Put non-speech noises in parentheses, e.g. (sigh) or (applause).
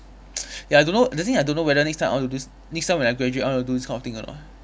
(noise) ya I don't know the thing I don't know whether next time I want do this next time when I graduate I want to do this kind of thing or not